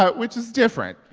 ah which is different